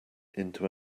into